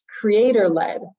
creator-led